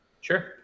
Sure